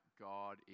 God